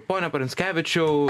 pone pranckevičiau